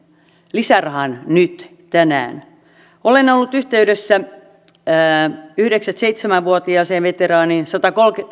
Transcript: lisärahan nyt tänään olen ollut yhteydessä yhdeksänkymmentäseitsemän vuotiaaseen veteraaniin ja satakolme